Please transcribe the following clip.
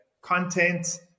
content